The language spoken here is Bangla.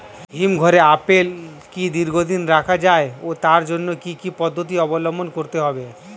হিমঘরে আপেল কি দীর্ঘদিন রাখা যায় ও তার জন্য কি কি পদ্ধতি অবলম্বন করতে হবে?